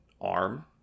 arm